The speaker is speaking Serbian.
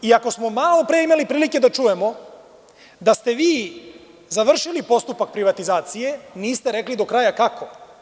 Iako smo malopre imali prilike da čujemo da ste vi završili postupak privatizacije, niste rekli do kraja kako?